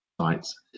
sites